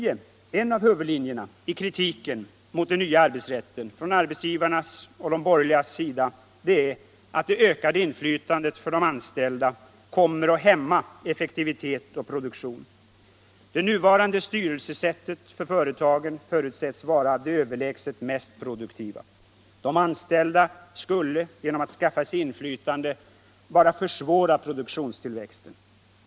En av huvudlinjerna i kritiken mot den nya arbetsrätten från arbetsgivarnas och de borgerligas sida är att det ökade inflytandet för de an ställda kommer att hämma effektivitet och produktion. Det nuvarande styrelsesättet för företagen förutsätts vara det överlägset mest produktiva. De anställda skulle genom att skaffa sig inflytande bara försvåra produktionstillväxten.